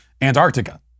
Antarctica